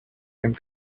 and